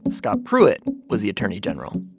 scott pruitt was the attorney general.